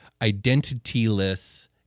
identityless